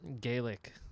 Gaelic